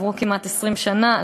עברו כמעט 20 שנה,